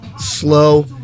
slow